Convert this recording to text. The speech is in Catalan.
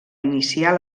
iniciar